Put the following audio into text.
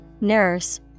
nurse